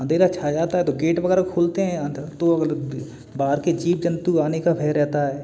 अँधेरा छा जाता है तो गेट वगैरह खोलते हैं तो बाहर के जीव जंतु आने का भय रहता है